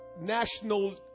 national